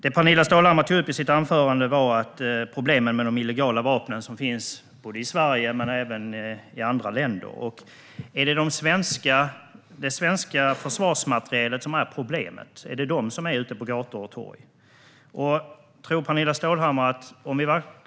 I sitt anförande tog Pernilla Stålhammar upp problemen med de illegala vapen som finns i Sverige och även i andra länder. Är det den svenska försvarsmaterielen som är problemet? Är det sådan materiel som finns ute på gator och torg?